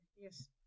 Yes